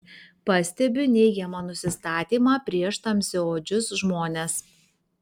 pastebiu neigiamą nusistatymą prieš tamsiaodžius žmones